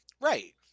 right